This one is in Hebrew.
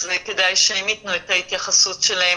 אז כדאי שהם יתנו את ההתייחסות שלהם.